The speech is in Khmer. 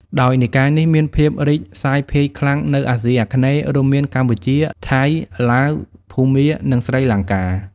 ដោយនិកាយនេះមានភាពរីកសាយភាយខ្លាំងនៅអាស៊ីអាគ្នេយ៍ រួមមានកម្ពុជា ថៃ ឡាវ ភូមា និងស្រីលង្កា។